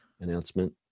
announcement